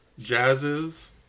Jazzes